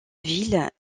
ville